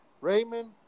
Raymond